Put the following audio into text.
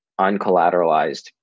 uncollateralized